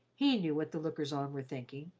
he knew what the lookers-on were thinking,